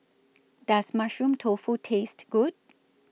Does Mushroom Tofu Taste Good